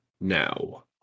now